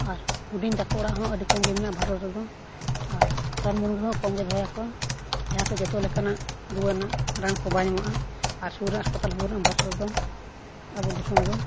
ᱟᱨ ᱦᱩᱰᱤᱧ ᱰᱟᱠᱛᱟᱨ ᱚᱲᱟᱜ ᱦᱚᱸ ᱟᱹᱰᱤ ᱠᱚᱢ ᱜᱮ ᱢᱮᱱᱟᱜᱼᱟ ᱵᱷᱟᱨᱚᱛ ᱨᱮᱫᱚ ᱟᱨ ᱨᱟᱱᱼᱢᱩᱨᱜᱟᱹᱱ ᱦᱚᱸ ᱠᱚᱢ ᱜᱮ ᱫᱚᱦᱚᱭᱟᱠᱚ ᱡᱟᱦᱟᱸᱛᱮ ᱡᱚᱛᱚ ᱞᱮᱠᱟᱱᱟᱜ ᱨᱩᱣᱟᱹ ᱨᱮᱱᱟᱜ ᱨᱟᱱ ᱠᱚ ᱵᱟᱭ ᱮᱢᱚᱜᱼᱟ ᱟᱨ ᱥᱩᱨ ᱨᱮ ᱦᱟᱸᱥᱯᱟᱛᱞ ᱦᱚᱸ ᱵᱟᱹᱱᱩᱜᱼᱟ ᱵᱷᱟᱨᱚᱛ ᱨᱮᱫᱚ ᱟᱵᱚ ᱫᱤᱥᱚᱢ ᱨᱮᱫᱚ